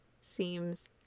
seems